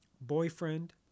boyfriend